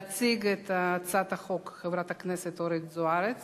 תציג את הצעת החוק חברת הכנסת אורית זוארץ.